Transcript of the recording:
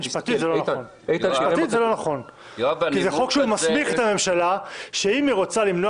החוק אומר שאם הממשלה רוצה למנוע